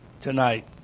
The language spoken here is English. tonight